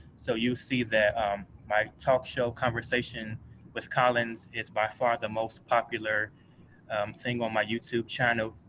so you'll see that my talk show conversation with collins is by far the most popular thing on my youtube channel,